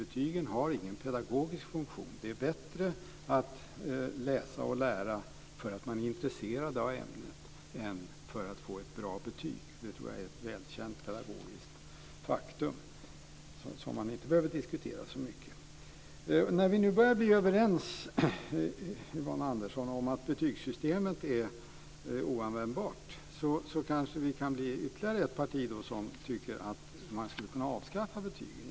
Betygen har ingen pedagogisk funktion. Det är bättre att läsa och lära därför att man är intresserad av ämnet än för att få ett bra betyg. Det tror jag är ett välkänt pedagogiskt faktum som man inte behöver diskutera så mycket. När vi nu börjar bli överens, Yvonne Andersson, om att betygssystemet är oanvändbart kanske vi kan få ytterligare ett parti som tycker att man skulle kunna avskaffa betygen.